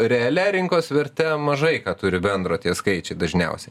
realia rinkos verte mažai ką turi bendro tie skaičiai dažniausiai